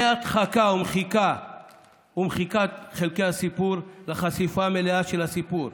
מהדחקה ומחיקת חלקי הסיפור לחשיפה מלאה של הסיפור,